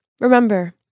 Remember